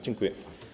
Dziękuję.